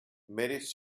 mèrits